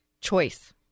Choice